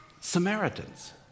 Samaritans